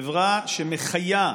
חברה שמחיה,